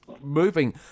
moving